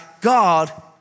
God